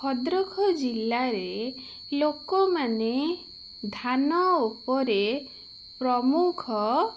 ଭଦ୍ରଖ ଜିଲ୍ଲାରେ ଲୋକମାନେ ଧାନ ଉପରେ ପ୍ରମୁଖ